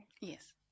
Yes